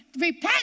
Repent